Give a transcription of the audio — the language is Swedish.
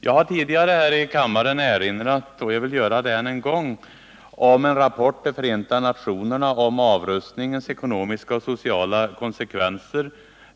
Jag har tidigare här i kammaren erinrat — och jag vill göra det än en gång — om en rapport till Förenta nationerna om avrustningens ekonomiska och sociala konsekvenser.